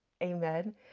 amen